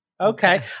Okay